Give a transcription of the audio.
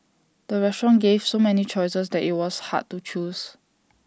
the restaurant gave so many choices that IT was hard to choose